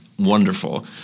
wonderful